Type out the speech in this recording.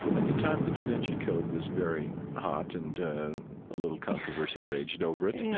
at the time, the da vinci code was very hot and a little controversy raged over it